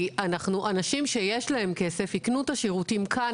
אנשים שיש להם כסף יקנו את השירותים כאן,